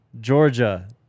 Georgia